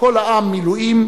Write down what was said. "כל העם מילואים"